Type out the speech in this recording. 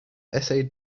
essay